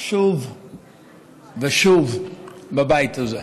שוב ושוב בבית הזה.